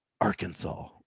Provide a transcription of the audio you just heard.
Arkansas